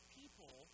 people